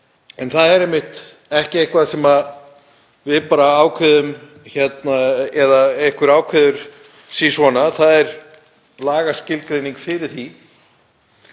En það er einmitt ekki neitt sem við ákveðum bara eða einhver ákveður sisvona, það er lagaskilgreining á því.